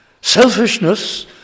selfishness